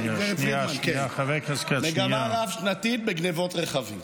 גב' פרידמן, כן, מגמה רב-שנתית בגנבות רכבים.